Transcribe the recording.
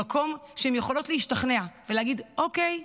ממקום שהן יכולות להשתכנע ולהגיד: אוקיי,